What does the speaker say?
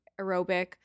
aerobic